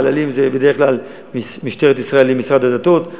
חללים זה בדרך כלל משטרת ישראל עם משרד הדתות.